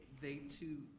they too,